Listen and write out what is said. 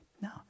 no